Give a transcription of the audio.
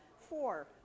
Four